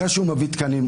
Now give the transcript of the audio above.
אחרי שהוא מביא תקנים,